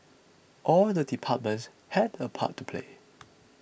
all the departments had a part to play